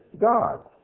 God